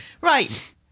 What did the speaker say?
Right